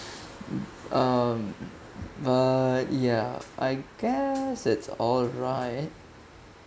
um uh ya I guess it's alright